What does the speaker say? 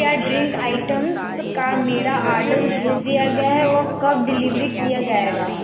क्या drink items का मेरा आर्डर भेज दिया गया है वो कब डिलिवरी किया जाएगा